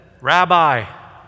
Rabbi